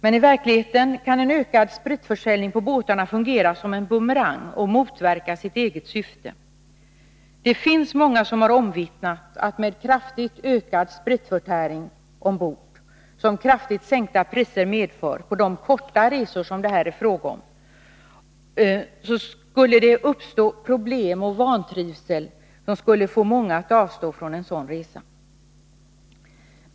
I verkligheten kan emellertid en ökad spritförsäljning på båtarna fungera som en bumerang och motverka sitt eget syfte. Många har omvittnat att med en ökad spritförtäring ombord, som kraftigt sänkta priser medför på de korta resor det här är fråga om, skulle det uppstå problem och vantrivsel som skulle få många att avstå från en sådan resa.